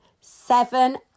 Seven